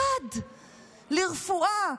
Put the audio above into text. אחד לרפואה,